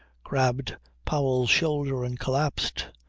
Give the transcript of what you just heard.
grabbed powell's shoulder and collapsed,